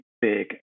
big